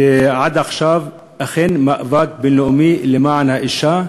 זה עד עכשיו מאבק בין-לאומי למען האישה,